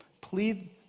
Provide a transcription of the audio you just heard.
plead